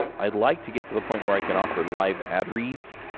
i'd like to get to the point where i can offer live ad reads.